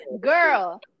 Girl